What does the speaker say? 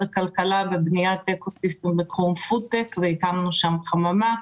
הכלכלה בבניית אקו סיסטם והקמנו שם חממה.